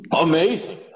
Amazing